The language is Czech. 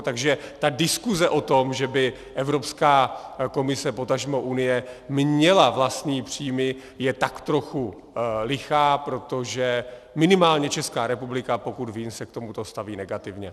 Takže ta diskuze o tom, že by Evropská komise, potažmo Unie měla vlastní příjmy, je tak trochu lichá, protože minimálně Česká republika, pokud vím, se k tomuto staví negativně.